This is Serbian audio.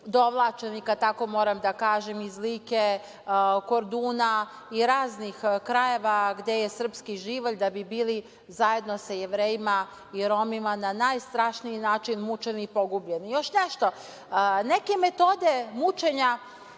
dovlačeni, kada tako moram da kažem, iz Like, Korduna i raznih krajeva gde je srpski živalj da bi bili zajedno sa Jevrejima i Romima na najstrašniji način mučeni i pogubljeni. Još nešto, neke metode mučenja